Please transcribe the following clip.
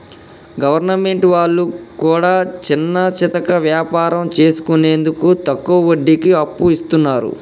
government వాళ్లు కూడా చిన్నాచితక వ్యాపారం చేసుకునేందుకు తక్కువ వడ్డీకి అప్పు ఇస్తున్నరు